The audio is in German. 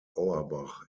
auerbach